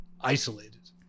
isolated